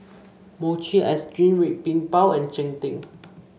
Mochi Ice Cream Red Bean Bao and Cheng Tng